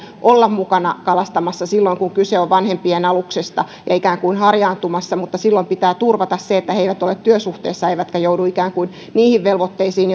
olla mukana kalastamassa silloin kun kyse on vanhempien aluksesta ja ikään kuin harjaantumassa mutta silloin pitää turvata se että he eivät ole työsuhteessa eivätkä joudu ikään kuin niihin velvoitteisiin